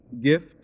Gift